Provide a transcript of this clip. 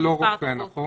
גם מי שלא רופא, נכון?